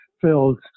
filled